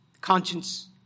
Conscience